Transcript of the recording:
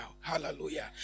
Hallelujah